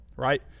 Right